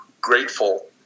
grateful